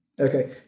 Okay